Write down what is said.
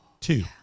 Two